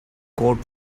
coat